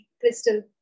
Crystal